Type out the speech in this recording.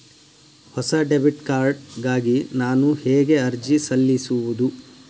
ಹೊಸ debit card ಗಾಗಿ ನಾನು ಹೇಗೆ ಅರ್ಜಿ ಸಲ್ಲಿಸುವುದು?